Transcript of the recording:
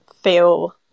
feel